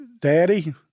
Daddy